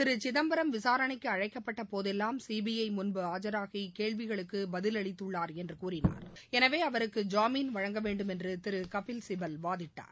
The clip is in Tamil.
திரு சிதம்பரம் விசாரணைக்கு அழைக்கப்பட்ட போதெல்லாம் சிபிஐ முன்பு ஆஜராகி கேள்விகளுக்கு பதில் அளித்துள்ளார் என்று கூறினார் எனவே அவருக்கு ஜாமீன் வழங்கவேண்டும் என்று திரு கபில்சிபல் வாதிட்டார்